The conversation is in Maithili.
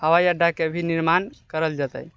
हवाई अड्डा निर्माण करल जेतै